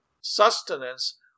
sustenance